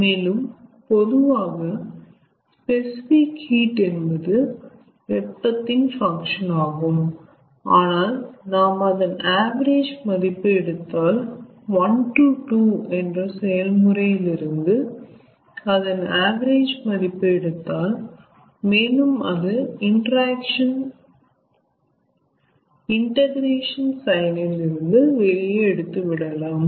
மேலும் பொதுவாக specific heat என்பது வெப்பத்தின் பங்க்ஷன் ஆகும் ஆனால் நாம் அதன் ஆவரேஜ் மதிப்பு எடுத்தால் 1 to 2 என்ற செயல்முறையில் இருந்து அதன் ஆவரேஜ் மதிப்பு எடுத்தால் மேலும் அது இன்டக்ரேஷன் சைன் இல் இருந்து வெளியே எடுத்து விடலாம்